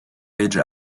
age